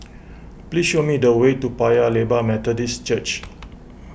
please show me the way to Paya Lebar Methodist Church